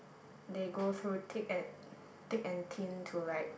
they go through thick and thick and thin to like